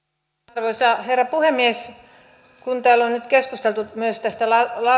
arvoisa herra puhemies kun täällä on nyt keskusteltu myös tästä